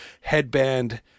headband